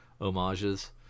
homages